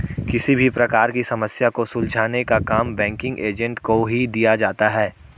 किसी भी प्रकार की समस्या को सुलझाने का काम बैंकिंग एजेंट को ही दिया जाता है